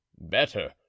better